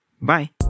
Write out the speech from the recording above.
Bye